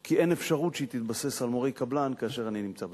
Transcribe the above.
כי אין אפשרות שהיא תתבסס על מורי קבלן כאשר אני נמצא בתפקיד.